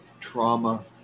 trauma